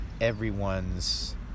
everyone's